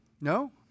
No